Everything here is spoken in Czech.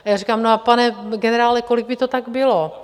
A já říkám: Pane generále, kolik by to tak bylo?